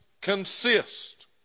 consist